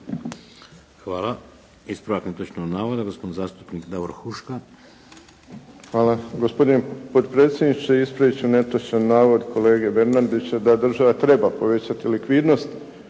Hvala. Ispravak netočnog navoda, gospodin zastupnik Davor Huška. **Huška, Davor (HDZ)** Hvala gospodine potpredsjedniče. Ispravit ću netočan navod kolege Bernardića, da država treba povećati likvidnost.